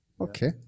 Okay